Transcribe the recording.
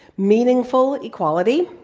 meaningful equality,